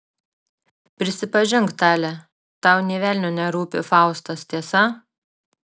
prisipažink tale tau nė velnio nerūpi faustas tiesa